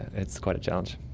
it's quite a challenge.